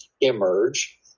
emerge